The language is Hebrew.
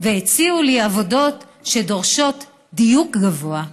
והציעו לי עבודות שדורשות דיוק גבוה.